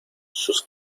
sus